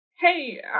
hey